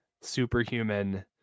superhuman